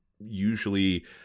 usually